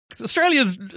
australia's